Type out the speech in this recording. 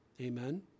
amen